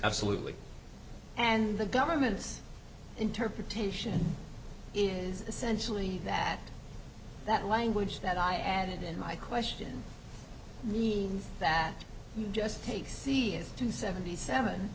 absolutely and the government's interpretation is essentially that that language that i added in my question means that you just take c is to seventy seven